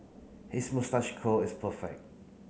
his moustache curl is perfect